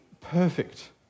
perfect